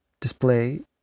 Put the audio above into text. display